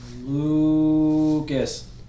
Lucas